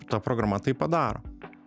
ta programa tai padaro